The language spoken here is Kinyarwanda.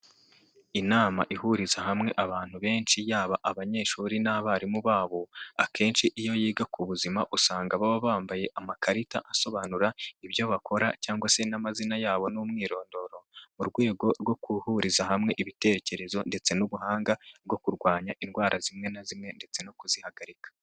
Inama ihuriza hamwe abantu benshi yaba abanyeshuri n'abarimu babo, akenshi iyo yiga ku buzima usanga baba bambaye amakarita asobanura ibyo bakora cyangwa se n'amazina yabo n'umwirondoro, mu rwego rwo guhuriza hamwe ibitekerezo ndetse n'ubuhanga bwo kurwanya indwara zimwe na zimwe ndetse no kuzihagarika.